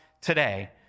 today